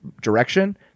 direction